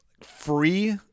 free